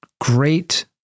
great